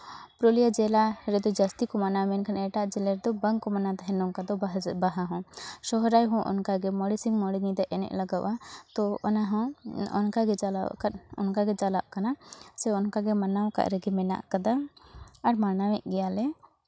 ᱯᱩᱨᱩᱞᱤᱭᱟ ᱡᱮᱞᱟ ᱨᱮᱫᱚ ᱡᱟᱹᱥᱛᱤ ᱠᱚ ᱢᱟᱱᱟᱣᱟ ᱢᱮᱱᱠᱷᱟᱱ ᱮᱴᱟᱜ ᱡᱮᱞᱟ ᱨᱮᱫᱚ ᱵᱟᱝᱠᱚ ᱢᱟᱱᱟᱣ ᱛᱟᱦᱮᱸᱜ ᱱᱚᱝᱠᱟ ᱫᱚ ᱵᱟᱦᱟ ᱦᱚᱸ ᱥᱚᱦᱨᱟᱭ ᱦᱚᱸ ᱚᱱᱠᱟᱜᱮ ᱢᱚᱬᱮ ᱥᱤᱧ ᱢᱚᱬᱮ ᱧᱤᱫᱟᱹ ᱮᱱᱮᱡ ᱞᱟᱜᱟᱜᱼᱟ ᱛᱚ ᱚᱱᱟᱦᱚᱸ ᱚᱱᱟᱜᱮ ᱪᱟᱞᱟᱣ ᱟᱠᱟᱱ ᱚᱱᱠᱟᱜᱮ ᱪᱟᱞᱟᱜ ᱠᱟᱱᱟ ᱥᱮ ᱚᱱᱠᱟ ᱜᱮ ᱢᱟᱱᱟᱣ ᱟᱠᱟᱫ ᱨᱮᱜᱮ ᱢᱮᱱᱟᱜ ᱠᱟᱫᱟ ᱟᱨ ᱢᱟᱱᱟᱣᱮᱜ ᱜᱮᱭᱟᱞᱮ